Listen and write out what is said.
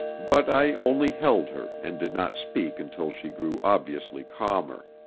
but i only held her, and did not speak until she grew obviously calmer.